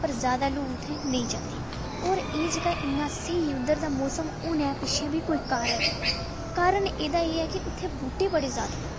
पर जैदा लूह् उत्थै नेईं चलदी होर एह् जेह्का इन्ना सेही उद्धर दा मौसम होने पिछै बी कोई कारण ऐ कारण एह्दा एह् ऐ की उत्थे बूह्टे बड़े जैदा न